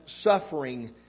suffering